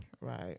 right